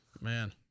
man